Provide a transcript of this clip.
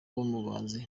bamubaze